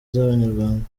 z’abanyarwanda